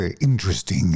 interesting